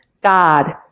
God